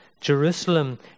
jerusalem